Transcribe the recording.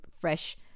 fresh